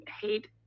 hate